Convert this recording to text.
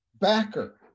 Backer